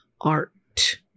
art